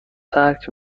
ترک